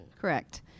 Correct